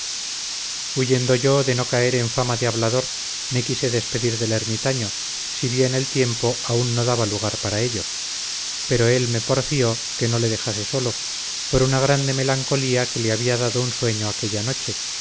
huyendo yo de no caer en fama de hablador me quise despedir del ermitaño si bien el tiempo aun no daba lugar para ello pero él me porfió que no le dejase solo por una grande melancolía que le había dado un sueño aquella noche